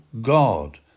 God